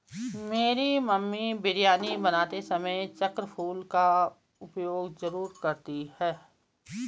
मेरी मम्मी बिरयानी बनाते समय चक्र फूल का उपयोग जरूर करती हैं